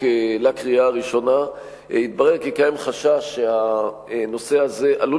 לקריאה הראשונה התברר כי קיים חשש שהנושא הזה עלול